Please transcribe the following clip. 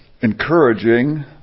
encouraging